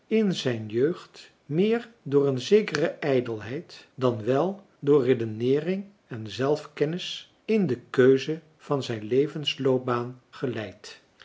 in zijn jeugd meer door een zekere ijdelheid dan wel door redeneering en zelfkennis in de keuze van zijn levensloopbaan geleid